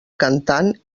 cantant